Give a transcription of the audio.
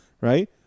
right